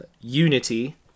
Unity